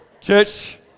Church